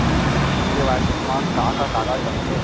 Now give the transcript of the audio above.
KYC मा का का कागज लगथे?